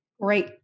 great